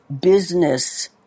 business